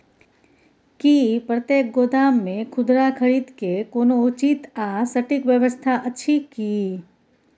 की प्रतेक गोदाम मे खुदरा खरीद के कोनो उचित आ सटिक व्यवस्था अछि की?